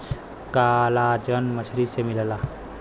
collagen मछरी से मिलला